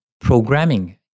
programming